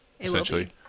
Essentially